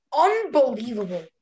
unbelievable